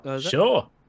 Sure